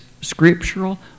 scriptural